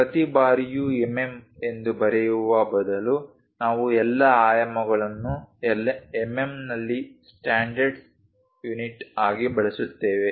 ಪ್ರತಿ ಬಾರಿಯೂ ಎಂಎಂ ಎಂದು ಬರೆಯುವ ಬದಲು ನಾವು ಎಲ್ಲಾ ಆಯಾಮಗಳನ್ನು ಎಂಎಂನಲ್ಲಿ ಸ್ಟ್ಯಾಂಡರ್ಡ್ ಯುನಿಟ್ ಆಗಿ ಬಳಸುತ್ತೇವೆ